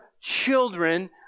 children